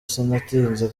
sinatinze